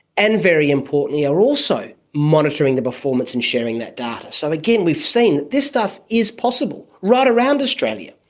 and very importantly are also monitoring the performance and sharing that data. so again we've seen that this stuff is possible right around australia,